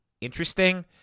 interesting